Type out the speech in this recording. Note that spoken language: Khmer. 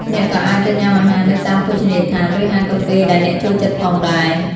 អ្នកក៏អាចទៅញ៉ាំអាហារនៅតាមភោជនីយដ្ឋានឬហាងកាហ្វេដែលអ្នកចូលចិត្តផងដែរ។